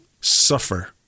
suffer